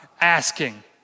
asking